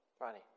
Ronnie